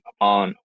on